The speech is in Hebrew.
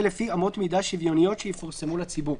לפי אמות מידה שוויוניות שיפורסמו לציבור.